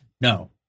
No